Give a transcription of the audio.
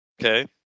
Okay